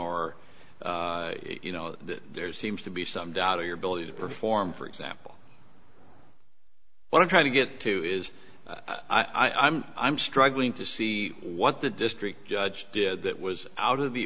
or you know there's seems to be some doubt of your ability to perform for example what i'm trying to get to is i'm i'm struggling to see what the district judge did that was out of the